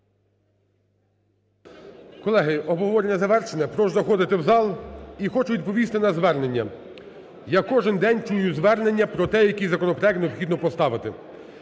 Колеги, обговорення завершене. Прошу заходити в зал. І хочу відповісти на звернення. Я кожен день чую звернення про те, який законопроект необхідно поставити.